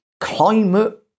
Climate